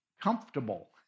comfortable